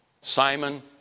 Simon